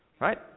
Right